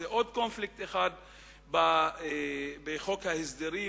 זה עוד קונפליקט בחוק ההסדרים,